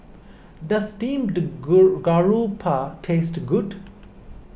does Steamed Garoupa taste good